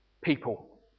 People